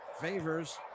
Favors